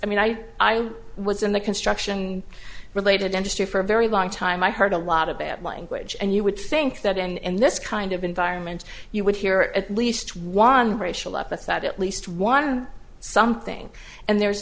i mean i i was in the construction related industry for a very long time i heard a lot of bad language and you would think that and this kind of environment you would hear at least one racial epithet at least one of them something and there